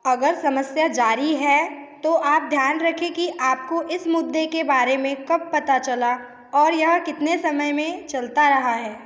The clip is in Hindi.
अगर समस्या जारी है तो आप ध्यान रखें कि आपको इस मुद्दे के बारे में कब पता चला और यह कितने समय से चलता रहा है